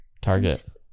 Target